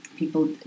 people